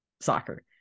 soccer